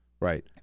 Right